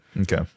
Okay